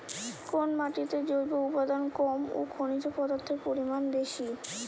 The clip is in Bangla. কোন মাটিতে জৈব উপাদান কম ও খনিজ পদার্থের পরিমাণ বেশি?